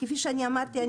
כפי שאמרתי,